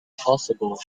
possible